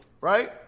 right